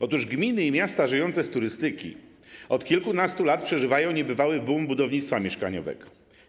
Otóż gminy i miasta żyjące z turystyki od kilkunastu lat przeżywają niebywały boom w zakresie budownictwa mieszkaniowego.